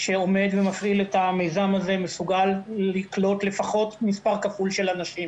מפנים אותה מהמקום בשביל לפנות מקום לחולה קורונה.